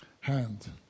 hand